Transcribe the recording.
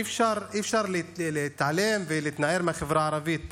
אי-אפשר להתעלם ולהתנער מהחברה הערבית.